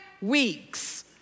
weeks